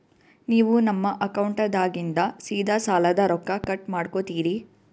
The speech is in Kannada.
ನೀವು ನಮ್ಮ ಅಕೌಂಟದಾಗಿಂದ ಸೀದಾ ಸಾಲದ ರೊಕ್ಕ ಕಟ್ ಮಾಡ್ಕೋತೀರಿ?